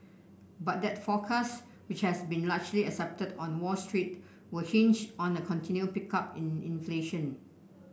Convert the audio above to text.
but that forecast which has been largely accepted on Wall Street will hinge on a continued pickup in inflation